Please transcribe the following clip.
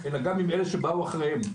אלא גם עם אלה שבאו אחריהם.